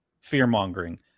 fear-mongering